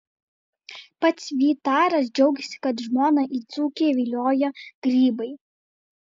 pats vytaras džiaugiasi kad žmoną į dzūkiją vilioja grybai